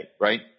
Right